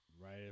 right